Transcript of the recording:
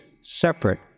separate